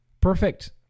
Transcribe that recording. perfect